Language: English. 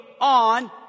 on